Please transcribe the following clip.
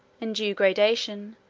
in due gradation,